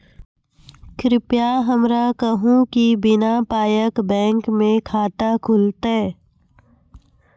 कृपया हमरा कहू कि बिना पायक बैंक मे खाता खुलतै?